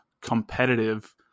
competitive